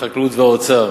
החקלאות והאוצר